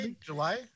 July